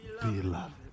Beloved